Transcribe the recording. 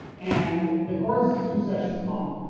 and the course is two sessions long.